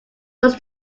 goes